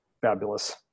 fabulous